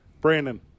Brandon